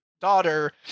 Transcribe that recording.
daughter